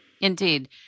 Indeed